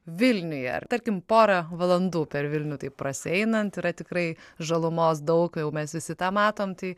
vilniuje ar tarkim porą valandų per vilnių taip prasieinant yra tikrai žalumos daug jau mes visi tą matom tai